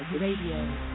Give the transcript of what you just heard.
Radio